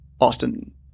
Austin